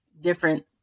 different